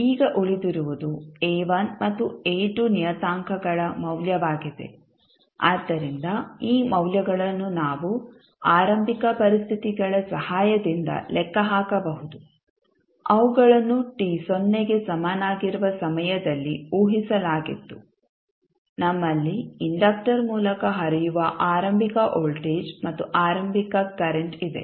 ಈಗ ಉಳಿದಿರುವುದು A1 ಮತ್ತು A2 ನಿಯತಾಂಕಗಳ ಮೌಲ್ಯವಾಗಿದೆ ಆದ್ದರಿಂದ ಈ ಮೌಲ್ಯಗಳನ್ನು ನಾವು ಆರಂಭಿಕ ಪರಿಸ್ಥಿತಿಗಳ ಸಹಾಯದಿಂದ ಲೆಕ್ಕ ಹಾಕಬಹುದು ಅವುಗಳನ್ನು t ಸೊನ್ನೆಗೆ ಸಮನಾಗಿರುವ ಸಮಯದಲ್ಲಿ ಊಹಿಸಲಾಗಿತ್ತು ನಮ್ಮಲ್ಲಿಇಂಡಕ್ಟರ್ ಮೂಲಕ ಹರಿಯುವ ಆರಂಭಿಕ ವೋಲ್ಟೇಜ್ ಮತ್ತು ಆರಂಭಿಕ ಕರೆಂಟ್ ಇದೆ